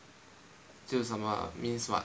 就什么 means what